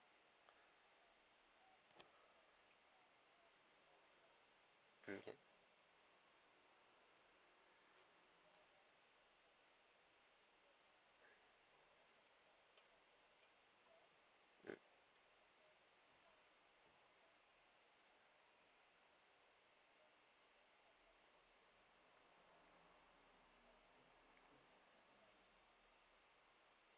okay mm